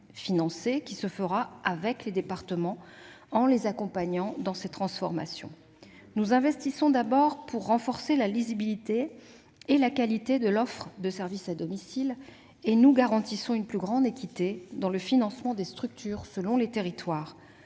se fera avec les départements, que nous accompagnerons au cours de ces transformations. Nous investissons d'abord pour renforcer la lisibilité et la qualité de l'offre de services à domicile et nous garantissons une plus grande équité dans le financement des structures selon les territoires,